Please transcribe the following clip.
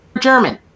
German